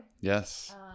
yes